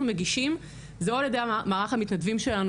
מגישים הוא על ידי מערך המתנדבים שלנו